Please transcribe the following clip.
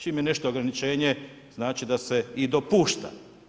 Čim je nešto ograničenje, znači da se i dopušta.